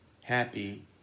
Happy